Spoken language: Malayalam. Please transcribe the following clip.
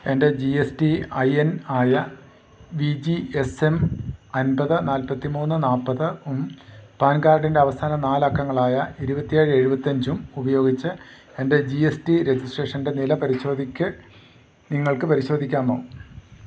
എൻ്റെ G S T I N ആയ വി ജി എസ് എം അമ്പത് നാല്പത്തി മൂന്ന് നാല്പതും പാൻ കാർഡിൻ്റെ അവസാന നാല് അക്കങ്ങളായ ഇരുപത്തിയേഴ് എഴുപത്തിയഞ്ചും ഉപയോഗിച്ച് എൻ്റെ ജി എസ് ടി രജിസ്ട്രേഷൻ്റെ നില നിങ്ങൾക്കു പരിശോധിക്കാമോ